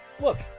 Look